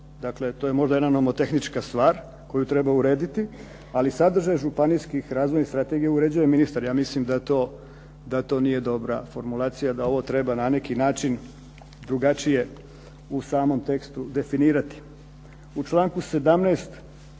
Dakle, to je jedna možda nomotehnička stvar koju treba urediti. Ali sadržaj županijskih razvojnih strategija uređuje ministar. Ja mislim da to nije dobra formulacija. Da ovo treba na neki način drugačije u samom tekstu definirati. U članku 17.